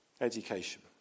Education